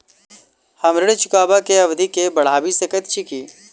हम ऋण चुकाबै केँ अवधि केँ बढ़ाबी सकैत छी की?